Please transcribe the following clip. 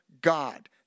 God